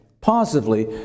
positively